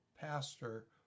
pastor